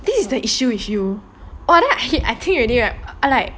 this is the issue with you !wah! then I hit I 听 already right I like